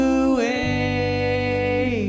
away